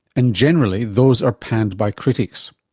and generally those are panned by critics.